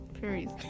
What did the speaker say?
Fairies